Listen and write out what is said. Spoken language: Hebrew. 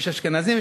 יש אשכנזים,